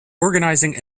organizing